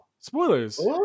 spoilers